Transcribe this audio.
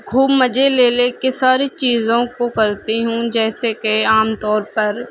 خوب مزے لے لے کے ساری چیزوں کو کرتی ہوں جیسے کہ عام طور پر